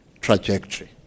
trajectory